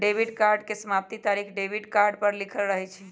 debit card के समाप्ति तारिख डेबिट कार्ड पर लिखल रहइ छै